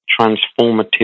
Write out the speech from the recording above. transformative